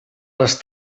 les